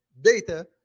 data